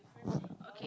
okay